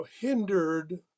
hindered